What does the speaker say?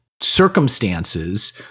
circumstances